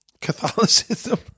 Catholicism